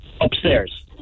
upstairs